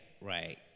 right